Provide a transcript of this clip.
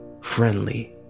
friendly